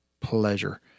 pleasure